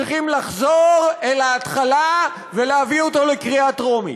צריכים לחזור אל ההתחלה ולהביא אותו לקריאה טרומית.